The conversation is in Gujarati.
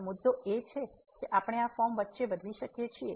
તો મુદ્દો એ છે કે આપણે આ ફોર્મ વચ્ચે બદલી શકીએ છીએ